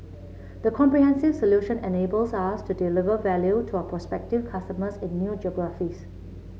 the comprehensive solution enables us to deliver value to our prospective customers in new geographies